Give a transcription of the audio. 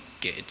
good